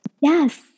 Yes